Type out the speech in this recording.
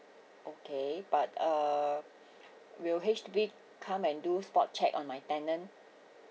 okay but uh will H_D_B come and do spot check on my tenant